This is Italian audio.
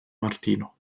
martino